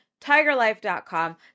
TigerLife.com